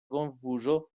confuso